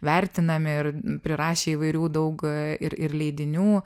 vertinami ir prirašę įvairių daug ir ir leidinių